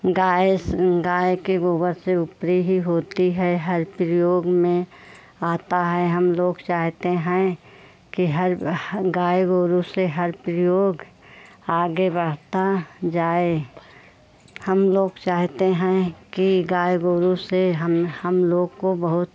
गाय गाय के गोबर से ऊपरी ही होती है हर प्रयोग में आता है हम लोग चाहते हैं कि हर गाय गोरू से हर प्रयोग आगे बढ़ता जाए हम लोग चाहते हैं कि गाय गोरू से हम हम लोग को बहुत